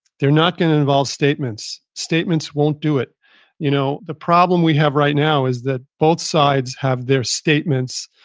they're not going to involve statements. statements won't do it you know the problem we have right now is that both sides have their statements,